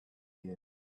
here